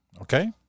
okay